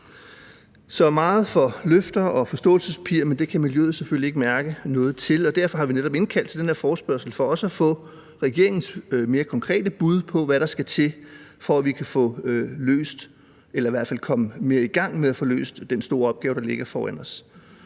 Så meget for løfter og forståelsespapir, men det kan miljøet selvfølgelig ikke mærke noget til, og derfor har vi netop indkaldt til den her forespørgsel, altså for også at få regeringens mere konkrete bud på, hvad der skal til, for at vi kan komme mere i gang med at få løst den store opgave, der ligger foran os.